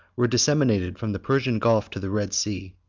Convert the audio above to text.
were disseminated from the persian gulf to the red sea.